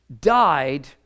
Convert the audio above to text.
died